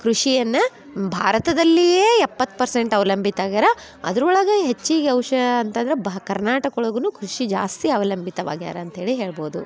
ಕೃಷಿಯನ್ನ ಭಾರತದಲ್ಲಿಯೇ ಎಪ್ಪತ್ತು ಪರ್ಸಂಟ್ ಅವಲಂಬಿತಾಗ್ಯಾರ ಅದ್ರ ಒಳಗೆ ಹೆಚ್ಚಿಗೆ ವಿಷಯ ಅಂತಂದ್ರ ಬ ಕರ್ನಾಟಕ ಒಳಗುನು ಕೃಷಿ ಜಾಸ್ತಿ ಅವಲಂಬಿತವಾಗ್ಯಾರ ಅಂತ್ಹೇಳಿ ಹೇಳ್ಬೋದು